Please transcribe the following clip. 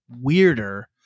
weirder